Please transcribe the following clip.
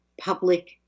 public